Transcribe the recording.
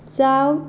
south